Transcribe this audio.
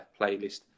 playlist